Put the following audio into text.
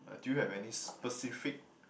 uh do you have any specific